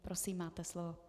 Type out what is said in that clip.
Prosím, máte slovo.